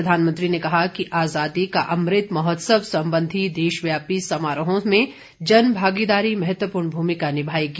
प्रधानमंत्री ने कहा कि आजादी का अमृत महोत्सव संबंधी देशव्यापी समारोहों में जन भागीदारी महत्वपूर्ण भूमिका निभाएगी